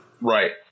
right